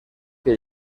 que